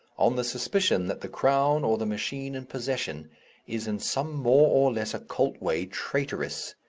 on the suspicion that the crown or the machine in possession is in some more or less occult way traitorous,